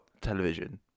television